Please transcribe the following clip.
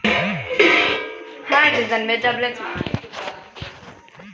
आलू उसकाय के कोई मशीन हे कि नी?